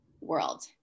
world